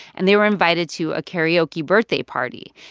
and they were invited to a karaoke birthday party.